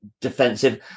defensive